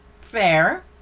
Fair